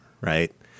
right